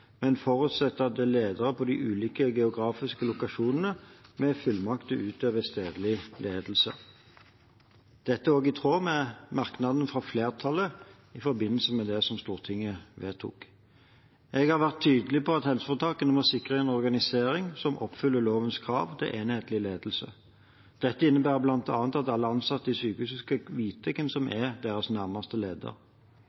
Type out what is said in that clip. men forutsetter at det er ledere på de ulike geografiske lokasjonene med fullmakt til å utøve stedlig ledelse. Dette er også i tråd med merknaden fra flertallet i forbindelse med det som Stortinget vedtok. Jeg har vært tydelig på at helseforetakene må sikre en organisering som oppfyller lovens krav til enhetlig ledelse. Dette innebærer bl.a. at alle ansatte i sykehuset skal vite hvem som